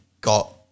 got